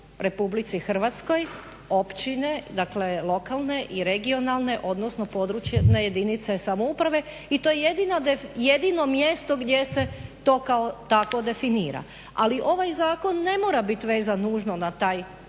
Republici Hrvatskoj općine, dakle lokalne i regionalne, odnosno područne jedinica samouprave i to je jedino mjesto gdje se to kao takvo definira. Ali ovaj zakon ne mora bit vezan nužno na taj zakon